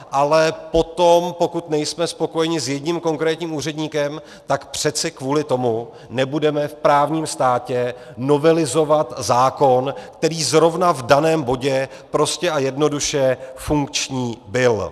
Ale potom, pokud nejsme spokojeni s jedním konkrétním úředníkem, tak přece kvůli tomu nebudeme v právním státě novelizovat zákon, který zrovna v daném bodě prostě a jednoduše funkční byl.